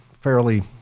fairly